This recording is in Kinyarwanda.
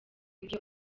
ivyo